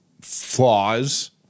flaws